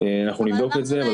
אנחנו נבדוק את זה.